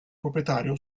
proprietario